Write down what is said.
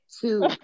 two